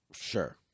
Sure